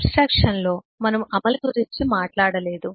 ఆబ్స్ట్రాక్షన్లో మనము అమలు గురించి మాట్లాడలేదు